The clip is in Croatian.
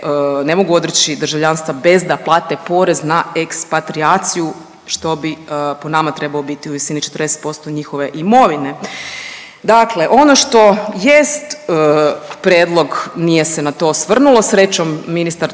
ne mogu odreći državljanstva bez da plate porez na ekspatrijaciju što bi po nama trebao biti u visini 40% njihove imovine. Dakle, ono što jest prijedlog nije se na to osvrnulo. Srećom ministar